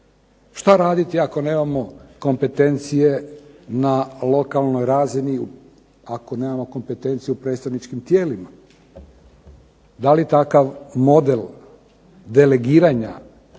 što raditi ako nemamo kompetencije na lokalnoj razini ako nemamo kompetencije u predstavničkim tijelima. Da li takav model delegiranja